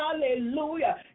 hallelujah